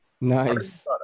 Nice